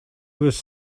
was